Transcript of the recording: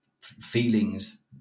feelings